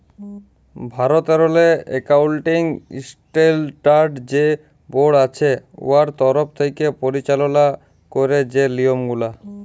ভারতেরলে accounting standard যে board আছে উয়ার তরফ থ্যাকে পরিচাললা ক্যারে যে লিয়মগুলা